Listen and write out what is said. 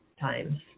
times